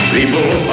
People